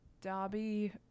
Dobby